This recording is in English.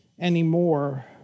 anymore